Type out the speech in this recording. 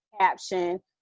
caption